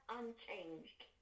unchanged